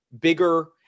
bigger